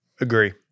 Agree